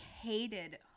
hated